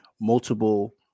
multiple